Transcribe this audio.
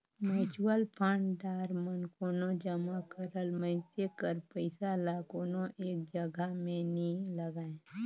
mutual fund दार मन कोनो जमा करल मइनसे कर पइसा ल कोनो एक जगहा में नी लगांए